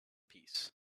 peace